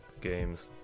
games